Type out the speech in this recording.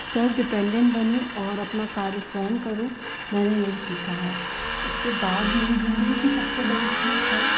self dependent बनूँ और अपना कार्य स्वयं करूँ मैंने यही सीखा है उसके बाद मेरी ज़िदगी की सबसे बड़ी सीख है